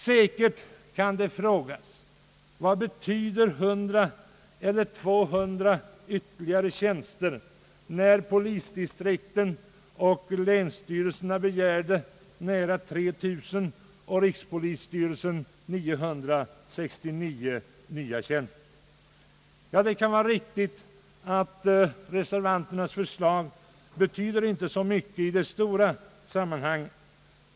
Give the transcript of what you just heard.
Säkert kan det frågas: Vad betyder 100 eller 200 ytterligare tjänster, då polisdistrikten och länsstyrelserna begärde nära 3000 och rikspolisstyrelsen 969 nya tjänster? Ja, det kan vara riktigt att reservanternas förslag inte betyder så mycket i det stora sammanhanget.